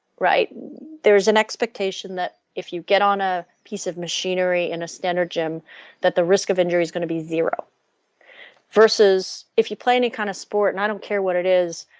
right there is an expectation that if you get on a piece of machinery in a standard gym that the risk of injury is going to be zero versus if you play any kind of sport. and i don't care what it is,